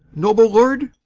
noble lord?